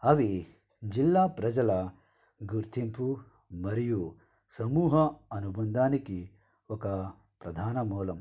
అవి జిల్లా ప్రజల గుర్తింపు మరియు సమూహ అనుబంధానికి ఒక ప్రధాన మూలం